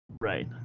right